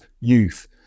youth